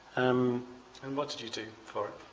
um and what did you do for it?